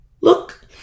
Look